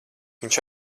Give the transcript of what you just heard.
viņš